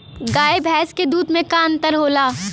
गाय भैंस के दूध में का अन्तर होला?